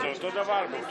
חבר כנסת מנוסה.